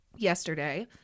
yesterday